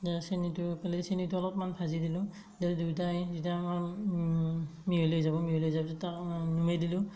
চেনিটো চেনিটো অলপমান ভাজি দিলোঁ যদি দুয়োটাই যেতিয়া মিহলি হৈ যাব মিহলি হৈ যোৱাৰ পিছত নমাই দিলোঁ